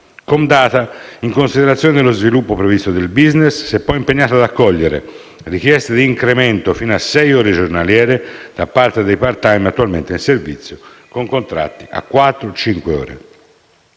Comdata, in considerazione dello sviluppo previsto del *business*, si è poi impegnata ad accogliere le richieste di incremento fino a sei ore giornaliere da parte dei *part-time* attualmente in servizio con contratti a quattro o cinque ore